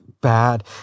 bad